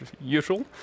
usual